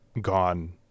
gone